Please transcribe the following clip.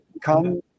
come